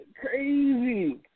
crazy